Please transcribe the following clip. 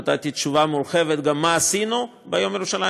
נתתי תשובה מורחבת גם על מה שעשינו ביום ירושלים